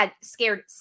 scared